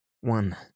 one